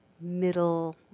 Middle